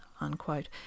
unquote